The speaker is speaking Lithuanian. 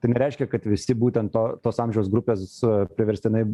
tai nereiškia kad visi būtent to tos amžiaus grupės priverstinai